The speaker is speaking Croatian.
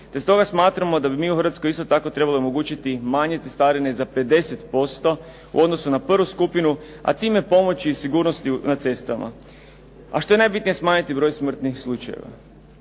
te stoga smatramo da bi mi u Hrvatskoj isto tako trebali omogućiti manje cestarine za 50% u odnosu na prvu skupinu, a time pomoći i sigurnosti na cestama, a što je najbitnije smanjiti broj smrtnih slučajeva.